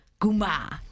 Guma